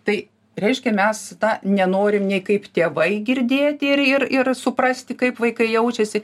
tai reiškia mes tą nenorim nei kaip tėvai girdėt ir ir ir suprasti kaip vaikai jaučiasi